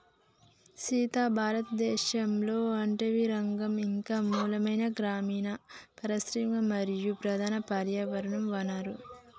సీత భారతదేసంలో అటవీరంగం ఇంక మూలమైన గ్రామీన పరిశ్రమ మరియు ప్రధాన పర్యావరణ వనరు